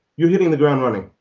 you're hitting the ground running.